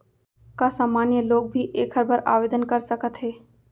का सामान्य लोग भी एखर बर आवदेन कर सकत हे?